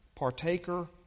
partaker